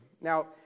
Now